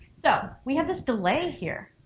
so we have this delay here,